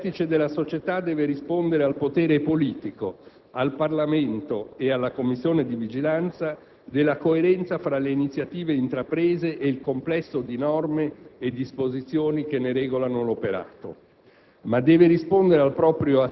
Indubbiamente, il vertice della società deve rispondere al potere politico - al Parlamento e alla Commissione di vigilanza - della coerenza fra le iniziative intraprese e il complesso di norme e disposizioni che ne regolano l'operato.